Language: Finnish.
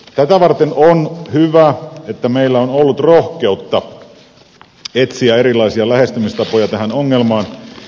tätä varten on hyvä että meillä on ollut rohkeutta etsiä erilaisia lähestymistapoja tähän ongelmaan